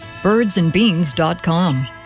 Birdsandbeans.com